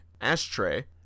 ashtray